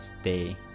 stay